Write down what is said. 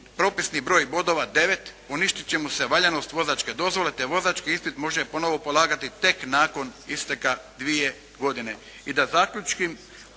propisni broj bodova 9 poništit će mu se valjanost vozačke dozvole te vozački ispit može ponovno polagati tek nakon isteka dvije godine.